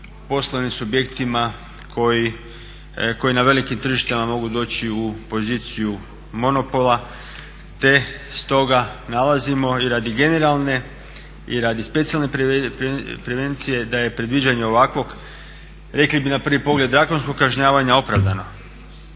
poslovnim subjektima koji na velikim tržištima mogu doći u poziciju monopola te stoga nalazimo i radi generalne i radi specijalne prevencije da je predviđanje ovakvog rekli bi na prvi pogled drakonskog kažnjavanja opravdano.